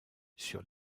sur